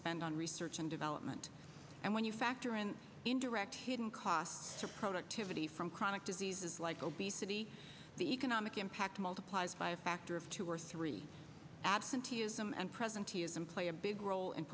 spend on research and development and when you factor in indirect hidden costs for productivity from chronic diseases like obesity the economic impact multiplies by a factor of two or three absenteeism and presenteeism play a big role